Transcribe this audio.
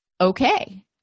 okay